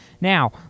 Now